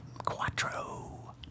Quattro